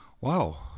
wow